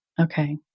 Okay